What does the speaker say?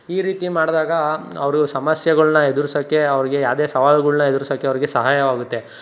ಈ ರೀತಿ ಮಾಡಿದಾಗ ಅವರು ಸಮಸ್ಯೆಗಳನ್ನ ಎದುರ್ಸೋಕ್ಕೆ ಅವ್ರಿಗೆ ಯಾವುದೇ ಸವಾಲುಗಳ್ನ ಎದುರ್ಸೋಕ್ಕೆ ಅವ್ರಿಗೆ ಸಹಾಯವಾಗುತ್ತೆ